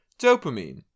dopamine